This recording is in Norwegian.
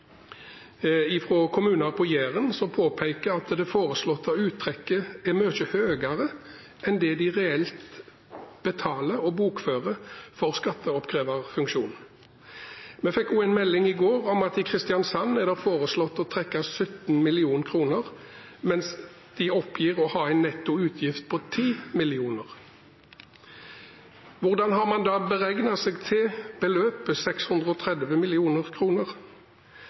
kommuner på Jæren, som påpeker at det foreslåtte uttrekket er mye høyere enn det de reelt betaler og bokfører for skatteoppkreverfunksjonen. Vi fikk også en melding i går om at det i Kristiansand er foreslått å trekke 17 mill. kr, mens de oppgir å ha en netto utgift på 10 mill. kr. Hvordan har man da beregnet seg til beløpet 630